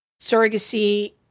surrogacy